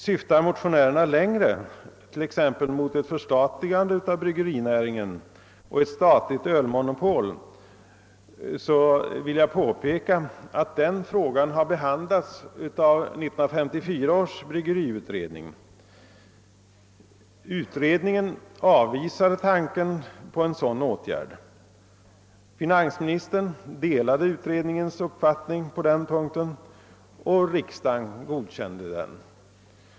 Syftar motionärerna längre — t.ex. mot ett förstatligande av bryggerinäringen och ett statligt ölmonopol — vill jag påpeka att den frågan behandlats av 1954 års bryggeriutredning. Utredningen avvisade tanken på en sådan åtgärd, finansministern delade utredningens uppfattning på den punkten och riksdagen godkände den.